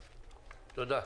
תודה,